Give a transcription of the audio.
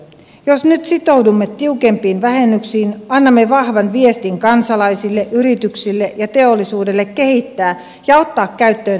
jos nyt sitoudumme tiukempiin vähennyksiin annamme vahvan viestin kansalaisille yrityksille ja teollisuudelle kehittää ja ottaa käyttöön vähäpäästöisiä ratkaisuja